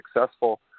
successful